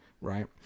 right